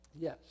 Yes